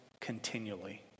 continually